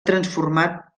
transformat